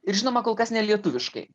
ir žinoma kol kas nelietuviškai